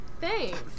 Thanks